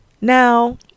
Now